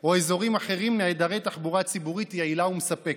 או אזורים אחרים נעדרי תחבורה ציבורית יעילה ומספקת.